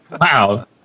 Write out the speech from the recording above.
Wow